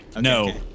No